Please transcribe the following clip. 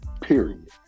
period